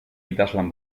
idazlan